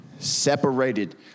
separated